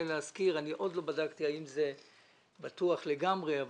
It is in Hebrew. להזכיר שעוד לא בדקתי האם זה בטוח לגמרי,